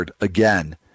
again